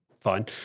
fine